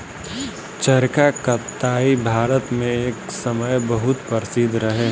चरखा कताई भारत मे एक समय बहुत प्रसिद्ध रहे